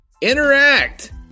Interact